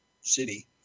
city